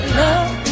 love